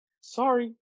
sorry